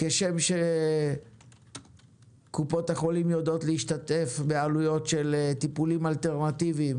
כשם שקופות החולים יודעות להשתתף בעלויות של טיפולים אלטרנטיביים